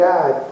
God